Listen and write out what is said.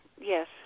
yes